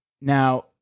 Now